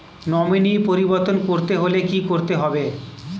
Nominee পরিবর্তন করতে হলে কী করতে হবে?